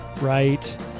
right